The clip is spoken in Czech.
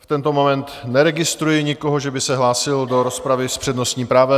V tento moment neregistruji nikoho, že by se hlásil do rozpravy s přednostním právem.